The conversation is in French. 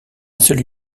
seule